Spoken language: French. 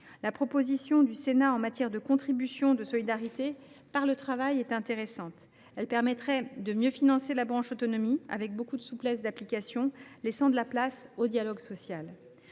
La proposition du Sénat tendant à instituer une contribution de solidarité par le travail est intéressante. Elle permettrait de mieux financer la branche autonomie, tout en présentant une grande souplesse d’application, laissant de la place au dialogue social.